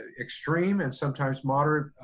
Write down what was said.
ah extreme, and sometimes moderate,